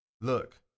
look